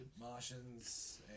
Martians